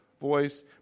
voice